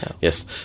Yes